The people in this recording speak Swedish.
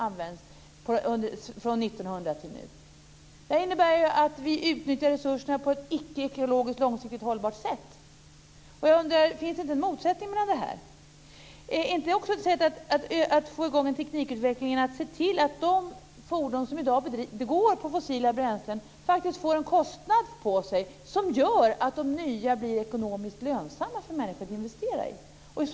Det innebär att vi utnyttjar resurserna på ett icke ekologiskt, långsiktigt hållbart sätt. Finns det inte en motsättning här? Är inte det också ett sätt att få i gång teknikutvecklingen att se till att de fordon som i dag drivs med fossila bränslen faktiskt får en kostnad som gör att de nya blir ekonomiskt lönsamma för människor att investera i.